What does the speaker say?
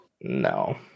No